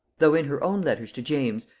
though in her own letters to james,